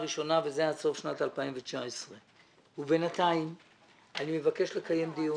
וזה יהיה עד סוף שנת 2019. בינתיים אני מבקש לקיים דיון